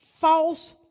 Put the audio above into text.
false